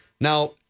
Now